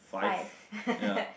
five